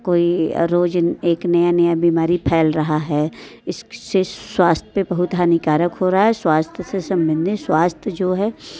कोई रोज़ एक नया नया बीमारी फैल रहा है इससे स्वास्थ्य पर बहुत हानिकारक हो रहा है स्वास्थ्य से संबंधित स्वास्थ्य जो है